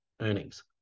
earnings